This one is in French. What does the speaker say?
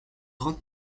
grande